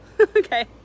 okay